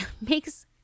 makes